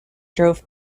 drove